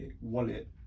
wallet